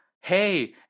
Hey